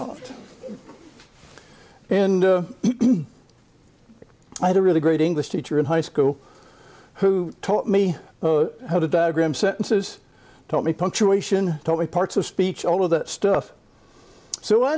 is not and i had a really great english teacher in high school who taught me how to diagram sentences taught me punctuation taught me parts of speech all of that stuff so i